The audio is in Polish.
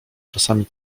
czasami